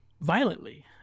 violently